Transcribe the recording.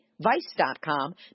Vice.com